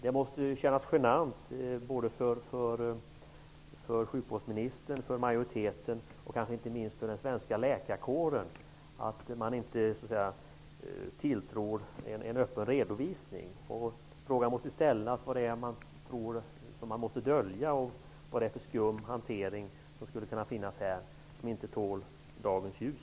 Det måste kännas genant för både sjukvårdsministern, majoriteten och inte minst den svenska läkarkåren att man inte tilltror en öppen redovisning. Frågan måste ställas vad det är som måste döljas och vad för skum hantering som inte tål dagens ljus.